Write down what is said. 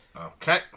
Okay